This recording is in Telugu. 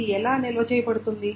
ఇది ఎలా నిల్వ చేయబడుతుంది